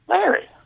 Larry